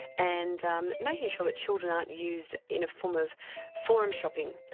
and um making sure that children aren't used in a form of forum shopping,